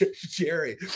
jerry